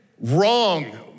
wrong